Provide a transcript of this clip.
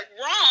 wrong